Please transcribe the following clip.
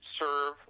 serve